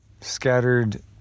scattered